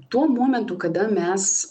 tuo momentu kada mes